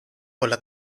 quella